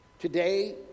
Today